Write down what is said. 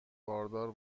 باردار